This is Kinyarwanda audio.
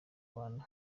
bantu